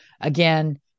again